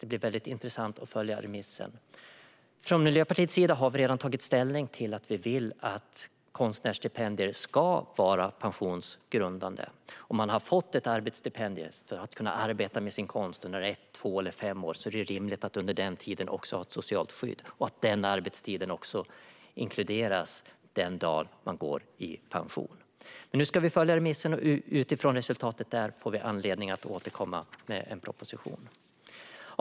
Det blir väldigt intressant att följa remissen. Från Miljöpartiets sida har vi redan tagit ställning och vill att konstnärsstipendier ska vara pensionsgrundande. Om man har fått ett arbetsstipendium för att kunna arbeta med sin konst under ett, två eller fem år är det rimligt att man under den tiden också har ett socialt skydd och att den arbetstiden också inkluderas den dag man går i pension. Nu ska vi följa remissen, och utifrån resultatet av den får vi anledning att återkomma med en proposition.